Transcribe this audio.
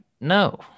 no